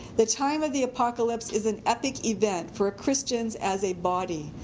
the time of the apocalypse is an epic event for christians as a body.